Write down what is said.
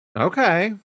Okay